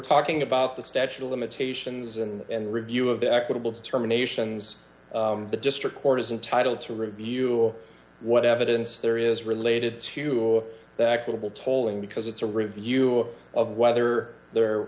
talking about the statute of limitations and review of the equitable determinations the district court is entitle to review what evidence there is related to d the actual tolling because it's a review of whether there